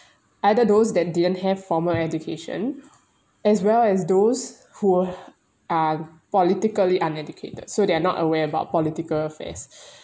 either those that didn't have formal education as well as those who uh are politically uneducated so they are not aware about political affairs